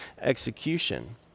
execution